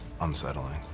unsettling